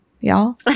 y'all